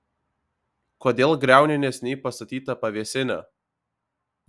kodėl griauni neseniai pastatytą pavėsinę